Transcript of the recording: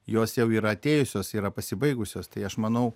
jos jau yra atėjusios yra pasibaigusios tai aš manau